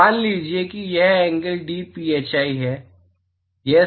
तो मान लीजिए कि यह एंगल dphi है